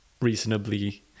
reasonably